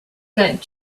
got